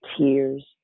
tears